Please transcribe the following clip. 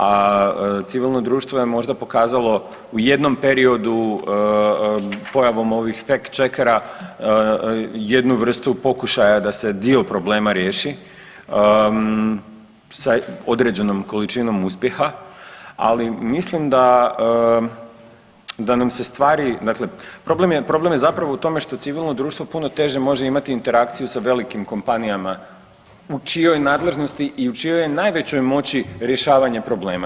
A civilno društvo je možda pokazalo u jednom periodu pojavom ovih fek check-era jednu vrstu pokušaja da se dio problema riješi sa određenom količinom uspjeha, ali mislim da, da nam se stvari, dakle problem je zapravo u tome što civilno društvo puno teže može imati interakciju sa velikim kompanijama u čijoj nadležnosti i u čijoj je najvećoj moći rješavanje problema.